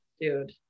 dude